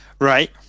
Right